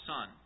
Son